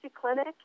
Clinic